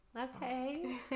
Okay